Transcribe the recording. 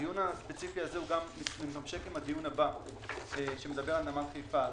הדיון הספציפי הזה מתכתב עם הדיון הבא שמדבר על נמל חיפה.